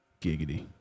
giggity